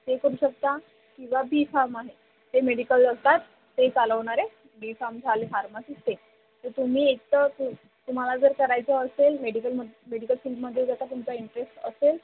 ते करू शकता किंवा बी फार्म आहे ते मेडिकल असतात ते चालवणारे बी फार्म झाले फार्मासिस्ट ते तुम्ही एक तर तु तुम्हाला जर करायचं असेल मेडिकलमध्ये मेडिकल फील्डमध्ये जसा तुमचा इंटरेस्ट असेल